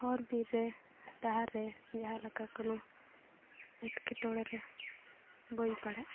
ᱦᱚᱨ ᱵᱤᱨ ᱨᱮ ᱰᱟᱦᱟᱨ ᱨᱮ ᱡᱟᱦᱟᱸ ᱞᱮᱠᱟ ᱠᱳᱱᱳ ᱮᱴᱠᱮᱴᱚᱬᱮ ᱨᱮ ᱵᱟᱹᱧ ᱯᱟᱲᱟᱜᱼᱟ